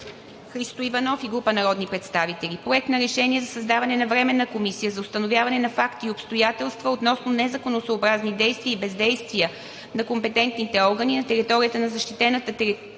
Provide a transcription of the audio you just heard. Христо Иванов и група народни представители. Проект на решение за създаване на Временна комисия за установяване на факти и обстоятелства относно незаконосъобразни действия и бездействия на компетентните органи на територията на защитената територия